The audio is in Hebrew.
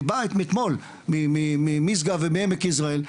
אני בא אתמול ממשגב ומעמק יזרעאל.